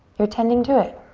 you're tending to it.